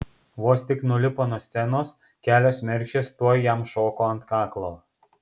vos tik nulipo nuo scenos kelios mergšės tuoj jam šoko ant kaklo